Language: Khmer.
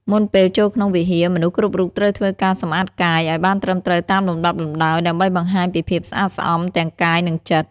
មុនពេលចូលក្នុងវិហារ មនុស្សគ្រប់រូបត្រូវធ្វើការសម្អាតកាយ ឱ្យបានត្រឹមត្រូវតាមលំដាប់លំដោយ ដើម្បីបង្ហាញពីភាពស្អាតស្អំទាំងកាយ និងចិត្ត។